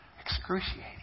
excruciating